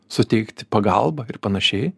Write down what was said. suteikti pagalbą ir panašiai